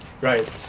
Right